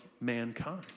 mankind